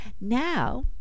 Now